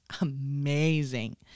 Amazing